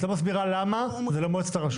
את לא מסבירה למה זה לא מועצת הרשות.